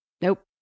nope